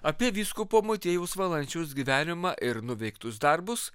apie vyskupo motiejaus valančiaus gyvenimą ir nuveiktus darbus